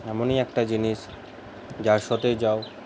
এমনই একটা জিনিস যার সাথেই যাও